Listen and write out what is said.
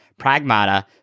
Pragmata